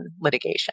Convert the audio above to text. litigation